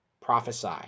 prophesy